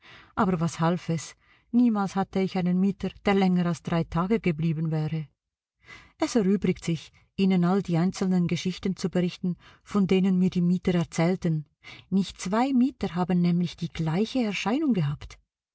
aber was half es niemals hatte ich einen mieter der länger als drei tage geblieben wäre es erübrigt sich ihnen all die einzelnen geschichten zu berichten von denen mir die mieter erzählten nicht zwei mieter haben nämlich die gleiche erscheinung gehabt